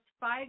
five